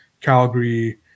calgary